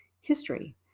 history